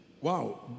wow